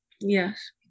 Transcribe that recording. yes